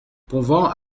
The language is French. pouvons